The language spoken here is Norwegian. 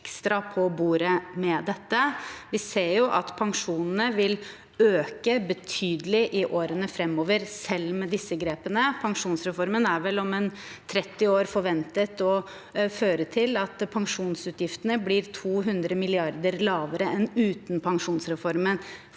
Vi ser at pensjonene vil øke betydelig i årene framover, selv med disse grepene. Pensjonsreformen er om 30 år forventet å føre til at pensjonsutgiftene blir 200 mrd. kr lavere enn uten pensjonsreformen.